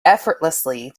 effortlessly